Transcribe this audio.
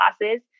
classes